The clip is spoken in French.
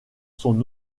son